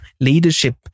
leadership